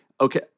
okay